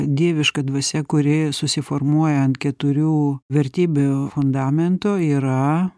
dieviška dvasia kuri susiformuoja ant keturių vertybių fundamento yra